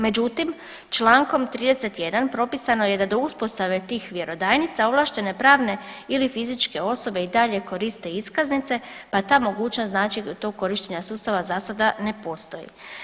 Međutim, čl. 31. propisano je da do uspostave tih vjerodajnica ovlaštene pravne ili fizičke osobe i dalje koriste iskaznice, pa ta mogućnost znači to korištenje sustava za sada ne postoji.